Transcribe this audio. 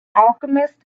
alchemist